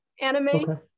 anime